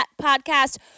podcast